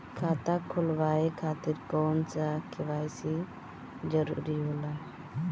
खाता खोलवाये खातिर कौन सा के.वाइ.सी जरूरी होला?